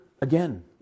again